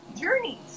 journeys